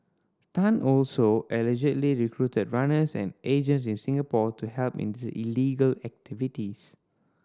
Tan also allegedly recruited runners and agents in Singapore to help in these illegal activities